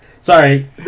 Sorry